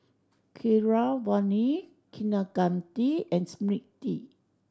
Keeravani Kaneganti and Smriti